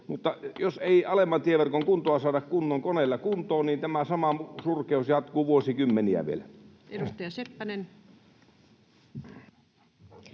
Mutta jos ei alemman tieverkon kuntoa saada kunnon koneilla kuntoon, niin tämä sama surkeus jatkuu vuosikymmeniä vielä. [Speech